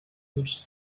lutscht